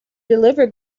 deliver